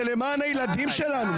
זה למען הילדים שלנו.